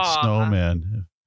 snowman